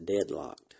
deadlocked